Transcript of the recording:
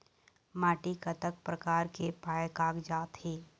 माटी कतक प्रकार के पाये कागजात हे?